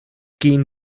gehen